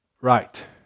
Right